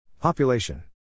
Population